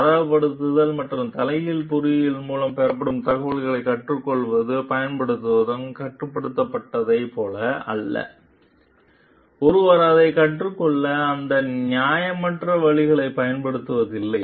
தரப்படுத்தல் மற்றும் தலைகீழ் பொறியியல் மூலம் பெறப்பட்ட தகவல்களைக் கற்றுக்கொள்வதும் பயன்படுத்துவதும் கட்டுப்படுத்தப்பட்டதைப் போல அல்ல ஒருவர் அதைக் கற்றுக்கொள்ள எந்த நியாயமற்ற வழியையும் பயன்படுத்தவில்லை